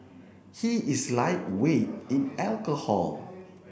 he is lightweight in alcohol